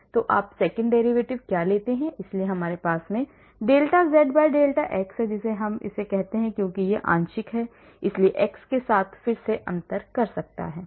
तो आप second derivative क्या लेते हैं इसलिए हमारे पास dou z dou x है जिसे हम इसे कहते हैं क्योंकि यह आंशिक है इसलिए x के साथ फिर से अंतर करता है